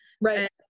Right